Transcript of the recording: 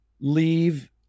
leave